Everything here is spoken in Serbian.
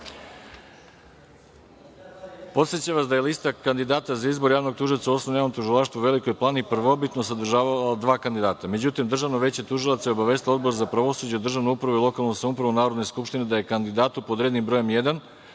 Nikolića. Podsećam vas da je lista kandidata za izbor javnog tužioca u Osnovnom javnom tužilaštvu u Velikoj Plani prvobitno sadržavala dva kandidata.Međutim, Državno veće tužilaca je obavestilo Odbor za pravosuđe, državnu upravu i lokalnu samoupravu Narodne skupštine da je kandidatu pod rednim brojem 1,